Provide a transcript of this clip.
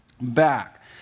back